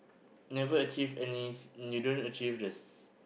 never achieve any s~ you don't achieve the s~